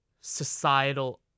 societal